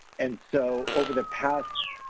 and so over the past